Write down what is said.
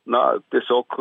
na tiesiog